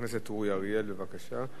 חבר הכנסת אורי אריאל, בבקשה.